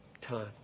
time